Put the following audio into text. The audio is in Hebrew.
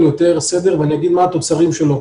יותר סדר ואני אומר מה התוצרים שלו.